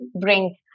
bring